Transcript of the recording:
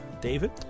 David